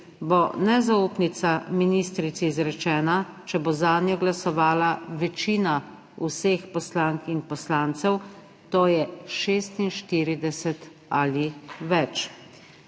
bo nezaupnica ministrici izrečena, če bo zanjo glasovala večina vseh poslank in poslancev, to je 46 ali več.